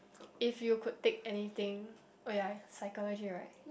if you could take anything oh ya psychology right